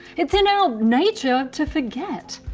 it's in our nature to forget.